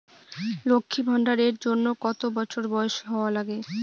লক্ষী ভান্ডার এর জন্যে কতো বছর বয়স হওয়া লাগে?